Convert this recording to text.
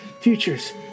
Future's